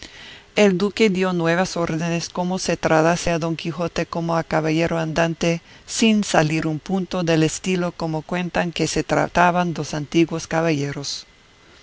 el duque dio nuevas órdenes como se tratase a don quijote como a caballero andante sin salir un punto del estilo como cuentan que se trataban los antiguos caballeros